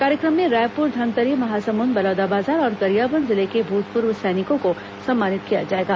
कार्यक्रम में रायपुर धमतरी महासमुद बलौदाबाजार और गरियाबंद जिले के भूतपूर्व सैनिकों को सम्मानित किया जाएगा